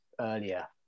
earlier